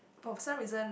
for some reason